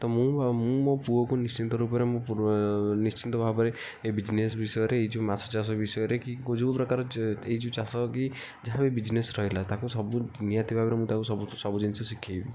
ତ ମୁଁ ଆଉ ମୋ ପୁଅକୁ ନିଶ୍ଚିନ୍ତ ରୂପରେ ମୁଁ ନିଶ୍ଚିନ୍ତ ଭାବରେ ଏଇ ବିଜନେସ୍ ବିଷୟରେ ଏହି ଯେଉଁ ମାଛ ଚାଷ ବିଷୟରେ କି ଯେଉଁ ପ୍ରକାର ଏହି ଚାଷ କି ଯାହା ବି ବିଜନେସ୍ ରହିଲା ତାକୁ ସବୁ ନିହାତି ଭାବରେ ମୁଁ ତାକୁ ସବୁ ସବୁ ଜିନିଷ ଶିଖାଇବି